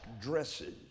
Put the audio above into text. dresses